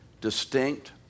distinct